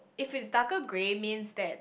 if it's darker grey means that